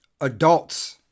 adults